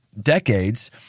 decades